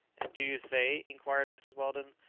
and do you say, inquired mrs. weldon,